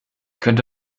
könnte